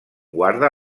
guarda